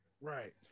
Right